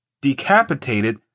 decapitated